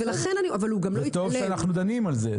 וטוב שאנחנו דנים בזה,